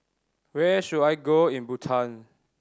where should I go in Bhutan